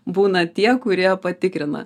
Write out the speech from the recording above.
būna tie kurie patikrina